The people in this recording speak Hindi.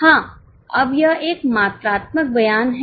हां अब यह एक मात्रात्मक बयान है